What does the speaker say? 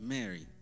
Mary